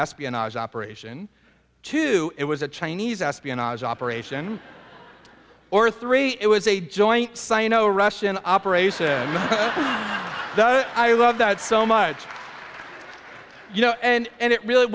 espionage operation two it was a chinese espionage operation or three it was a joint sino russian operation i love that so much you know and it really